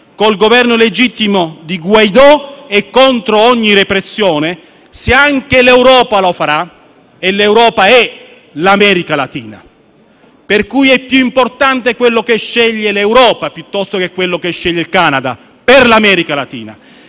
il Governo legittimo di Guaidó e contro ogni repressione. Se anche l'Europa lo farà (come noi ci auguriamo) - e l'Europa è l'America latina, per cui è più importante quello che sceglie l'Europa piuttosto che quello che sceglie il Canada per l'America Latina